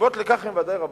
הסיבות לכך הן ודאי רבות.